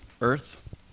Earth